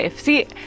See